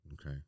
Okay